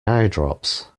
eyedrops